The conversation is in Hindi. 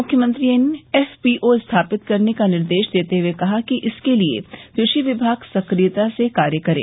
मुख्यमंत्री ने एफपीओ स्थापित करने का निर्देश देते हुये कहा कि इसके लिये कृषि विभाग सक्रियता से कार्य करे